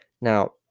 now